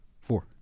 four